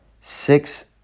six